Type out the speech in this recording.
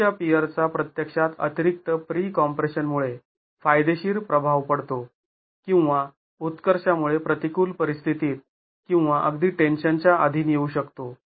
दूरच्या पियरचा प्रत्यक्षात अतिरिक्त प्री कॉम्प्रेशनमुळे फायदेशीर प्रभाव पडतो किंवा उत्कर्षामुळे प्रतिकूल परिस्थितीत किंवा अगदी टेन्शन च्या अधीन येऊ शकतो